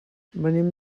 venim